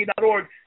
org